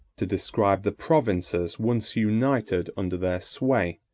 to describe the provinces once united under their sway,